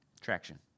Traction